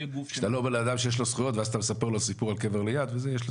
כשאתה לא בן אדם שיש לו זכויות ואז את מספר לו סיפור על קבר ליד וזה,